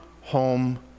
home